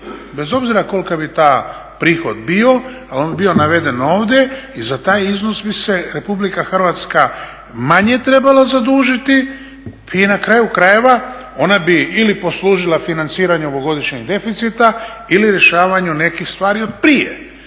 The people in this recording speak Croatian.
bez obzira kolika bi taj prihod bio al on bi bio naveden ovdje i za taj iznos bi se Republika Hrvatska manje trebala zadužiti i na kraju krajeva ona bi ili poslužila financiranju ovogodišnjeg deficita ili rješavanju nekih stvari od prije.